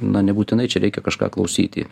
na nebūtinai čia reikia kažką klausyti